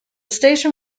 station